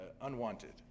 unwanted